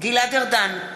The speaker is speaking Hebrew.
גלעד ארדן,